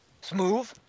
Smooth